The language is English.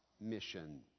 mission